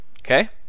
Okay